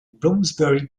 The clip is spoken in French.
bloomsbury